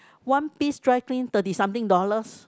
one piece dry clean thirty something dollars